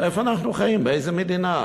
איפה אנחנו חיים, באיזו מדינה?